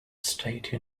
state